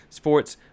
sports